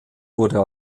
wurde